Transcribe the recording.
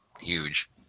huge